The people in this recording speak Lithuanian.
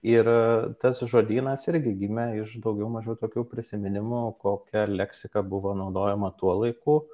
ir tas žodynas irgi gimė iš daugiau mažiau tokių prisiminimų kokia leksika buvo naudojama tuo laiku